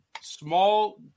small